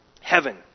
heaven